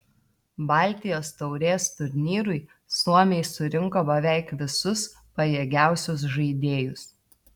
baltijos taurės turnyrui suomiai surinko beveik visus pajėgiausius žaidėjus